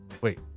Wait